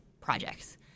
projects